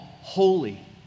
holy